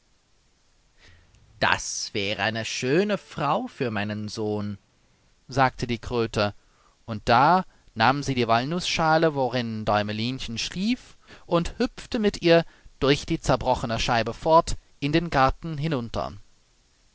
das wäre eine schöne frau für meinen sohn sagte die kröte und da nahm sie die walnußschale worin däumelinchen schlief und hüpfte mit ihr durch die zerbrochene scheibe fort in den garten hinunter